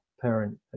parent